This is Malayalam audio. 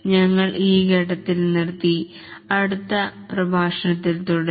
ഞങ്ങൾ ഈ ഘട്ടത്തിൽ നിർത്തി അടുത്ത് പ്രഭാഷണത്തിൽ തുടരും